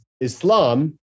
Islam